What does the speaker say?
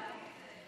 בבקשה.